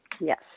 Yes